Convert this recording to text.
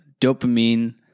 dopamine